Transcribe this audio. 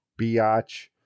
biatch